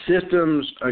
systems